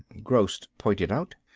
gross pointed out.